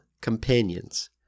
Companions